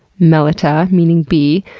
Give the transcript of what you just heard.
melitta, meaning bee,